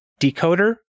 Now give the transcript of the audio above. Decoder